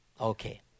Okay